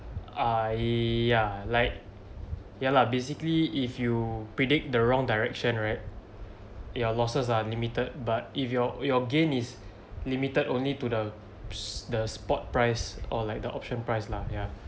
ah ya like ya lah basically if you predict the wrong direction right your losses are unlimited but if your your gain is limited only to the sp~ the spot price or like the option price lah ya